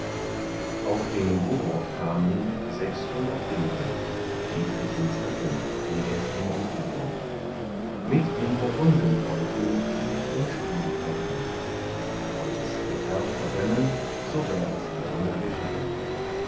auf den buhurd kamen sechshundert degen dietrichens recken den gästen entgegen mit den burgunden wollten sie sich im spiel ergehn wollt es ihr herr vergönnen so wär es gerne geschehn